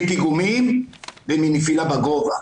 מפיגומים ומנפילה בגובה.